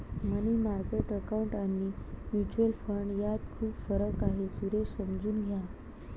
मनी market account आणि mutual fund यात खूप फरक आहे, सुरेश समजून घ्या